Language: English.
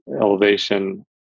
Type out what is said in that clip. elevation